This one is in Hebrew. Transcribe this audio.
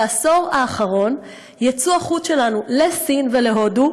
בעשור האחרון הייצוא שלנו לסין ולהודו,